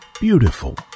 beautiful